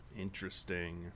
Interesting